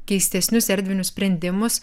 keistesnius erdvinius sprendimus